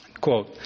quote